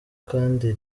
kandi